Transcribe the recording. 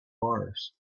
mars